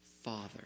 Father